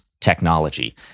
technology